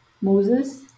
Moses